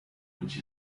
which